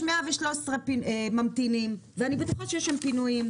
113 ממתינים ואני בטוח השיש שם פינויים,